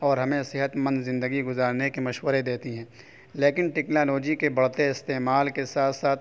اور ہمیں صحت مند زندگی گزارنے کے مشورے دیتی ہیں لیکن ٹیکنالوجی کے بڑھتے استعمال کے ساتھ ساتھ